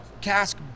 Cask